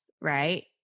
right